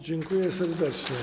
Dziękuję serdecznie.